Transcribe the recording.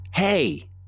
Hey